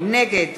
נגד